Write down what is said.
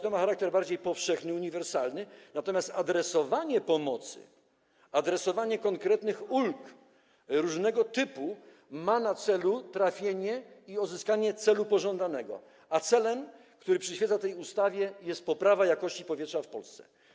To ma charakter bardziej powszechny, uniwersalny, natomiast adresowanie pomocy, adresowanie konkretnych ulg różnego typu ma na celu trafienie w punkt i uzyskanie pożądanego celu, a celem, który przyświeca tej ustawie, jest poprawa jakości powietrza w Polsce.